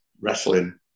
wrestling